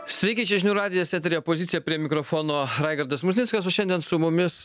sveiki čia žinių radijas eteryje pozicija prie mikrofono raigardas musnickas o šiandien su mumis